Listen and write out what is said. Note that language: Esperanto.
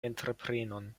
entreprenon